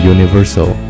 Universal